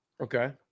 okay